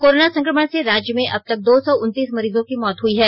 corona संकमण से राज्य में अब तक दो सौ उन्नतीस मरीजों की मौत हुई है